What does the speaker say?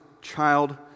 child